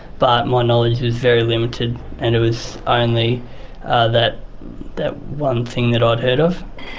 but my knowledge was very limited and it was only ah that that one thing that i had heard of.